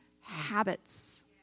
habits